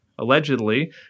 allegedly